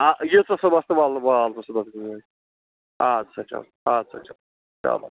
آ یِہ ژٕ صُبحَس تہٕ ولہٕ وال ژٕ صُبَحس گٲڑۍ اَدٕ سا چلو اَدٕ سا چلو چلو